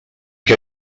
que